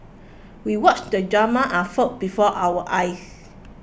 we watched the drama unfold before our eyes